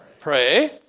Pray